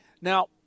Now